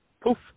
poof